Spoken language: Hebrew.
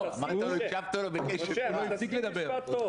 אחמד טיבי,